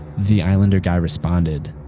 the islander guy responded,